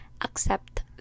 accept